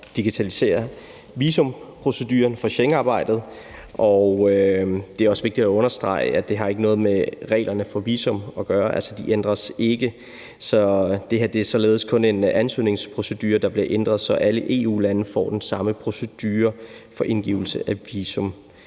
digitalisere visumproceduren for Schengenarbejdet. Det er også vigtigt at understrege, at det ikke har noget med reglerne for visum at gøre; de ændres ikke. Det her er således kun en ansøgningsprocedure, der bliver ændret, så alle EU-lande får den samme procedure for indgivelse af visum.